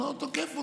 אני לא תוקף אותך,